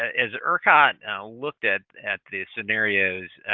as ercot looked at at the scenarios,